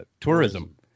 tourism